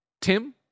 tim